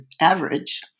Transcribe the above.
average